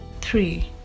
three